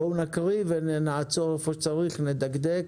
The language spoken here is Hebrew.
בואו נקריא ונעצור איפה שצריך, נדקדק.